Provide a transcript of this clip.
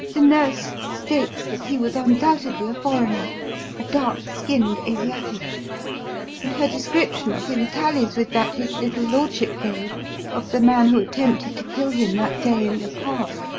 the nurse states that he was undoubtedly a foreigner a dark-skinned asiatic and her description of him tallies with that his little lordship gave of the man who attempted to kill him that day in the park.